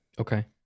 okay